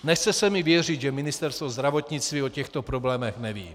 Nechce se mi věřit, že Ministerstvo zdravotnictví o těchto problémech neví.